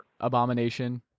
abomination